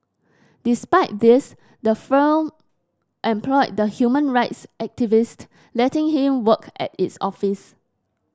despite this the firm employed the human rights activist letting him work at its office